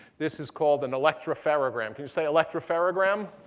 this is called an electropherogram. can you say electropherogram?